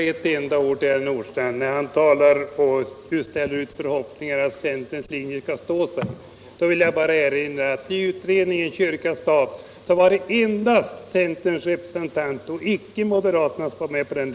Herr talman! Det är riktigt, herr Boo, och jag skall inte krumbukta mig på den punkten.